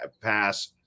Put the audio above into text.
pass